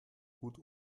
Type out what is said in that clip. gut